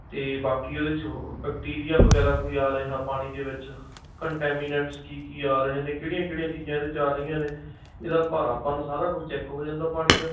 ਅਤੇ ਬਾਕੀ ਉਹਦੇ 'ਚ ਬੈਕਟੀਰੀਆ ਵਗੈਰਾ ਕੋਈ ਆ ਰਿਹਾ ਪਾਣੀ ਦੇ ਵਿੱਚ ਕੰਟੈਮੀਨੇਟ ਕੀ ਕੀ ਆ ਰਹੇ ਨੇ ਕਿਹੜੀਆਂ ਕਿਹੜੀਆਂ ਚੀਜ਼ਾਂ ਇਹਦੇ 'ਚ ਆ ਰਹੀਆਂ ਨੇ ਇਹਦਾ ਭਾਰਾਪਣ ਸਾਰਾ ਕੁਝ ਚੈੱਕ ਹੋ ਜਾਂਦਾ ਪਾਣੀ ਦਾ